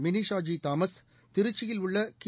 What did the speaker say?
mini Shaji Thomas திருச்சியில் உள்ள கி